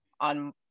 on